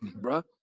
bro